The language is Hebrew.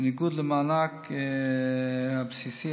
בניגוד למענק הבסיסי,